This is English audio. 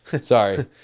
Sorry